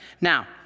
Now